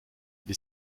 wir